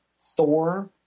Thor